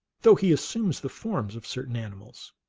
though he assumes the forms of certain animals.